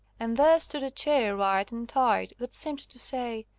and there stood a chair right and tight, that seemed to say,